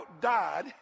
died